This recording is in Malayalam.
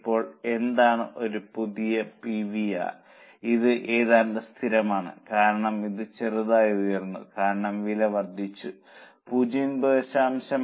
ഇപ്പോൾ എന്താണ് ഒരു പുതിയ PVR ഇത് ഏതാണ്ട് സ്ഥിരമാണ് കാരണം ഇത് ചെറുതായി ഉയർന്നു കാരണം വില വർദ്ധിച്ചു 0